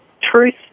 truth